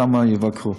כמה יבקרו.